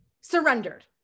surrendered